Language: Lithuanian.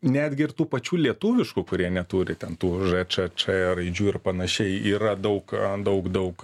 netgi ir tų pačių lietuviškų kurie neturi ten tų ž č č raidžių ir panašiai yra daug ant daug daug